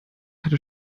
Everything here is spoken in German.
hatte